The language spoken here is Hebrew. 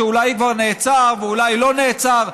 שאולי כבר נעצר ואולי לא נעצר,